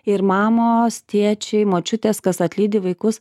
ir mamos tėčiai močiutės kas atlydi vaikus